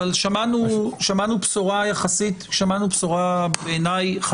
אבל בשורה, חשובה בעיניי,